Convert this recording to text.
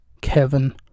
Kevin